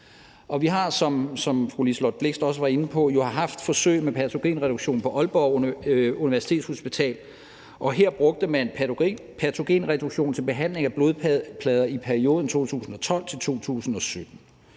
på, jo haft forsøg med patogenreduktion på Aalborg Universitetshospital, og her brugte man patogenreduktion til behandling af blodplader i perioden 2012 til 2017.